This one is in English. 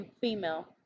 female